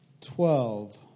Twelve